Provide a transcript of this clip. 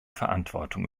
verantwortung